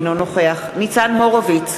אינו נוכח ניצן הורוביץ,